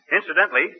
Incidentally